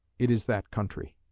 it is that country.